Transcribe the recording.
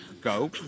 go